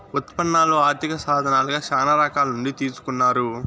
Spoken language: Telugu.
ఉత్పన్నాలు ఆర్థిక సాధనాలుగా శ్యానా రకాల నుండి తీసుకున్నారు